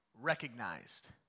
recognized